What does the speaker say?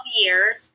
years